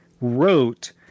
wrote